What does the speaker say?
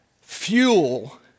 fuel